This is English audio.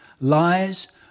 lies